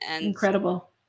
incredible